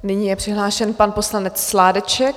Nyní je přihlášen pan poslanec Sládeček.